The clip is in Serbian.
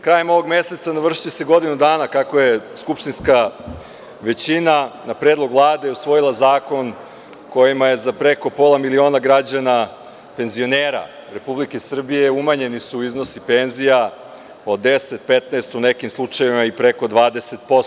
Krajem ovog meseca navršiće se godinu dana kako je skupštinska većina na Predlog Vlade usvojila zakon kojim je za preko pola miliona građana, penzionera Republike Srbije, umanjen iznos penzija od 10, 15, u nekim slučajevima i preko 20%